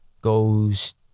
goes